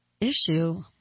issue